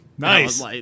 Nice